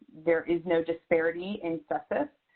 there is no disparity in so cesf.